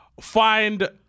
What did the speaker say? find